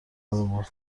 آورد